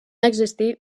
existir